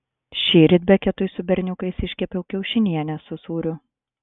šįryt beketui su berniukais iškepiau kiaušinienę su sūriu